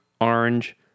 Orange